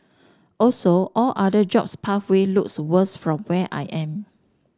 also all other jobs pathway looks worse from where I am